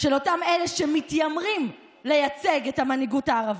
של אותם אלה שמתיימרים לייצג את המנהיגות הערבית,